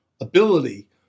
ability